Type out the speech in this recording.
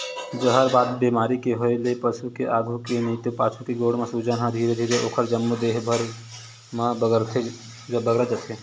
जहरबाद बेमारी के होय ले पसु के आघू के नइते पाछू के गोड़ म सूजन ह धीरे धीरे ओखर जम्मो देहे भर म बगरत जाथे